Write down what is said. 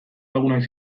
lagunak